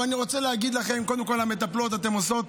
אבל אני רוצה להגיד לכן, למטפלות, אתן עושות